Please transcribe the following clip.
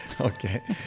Okay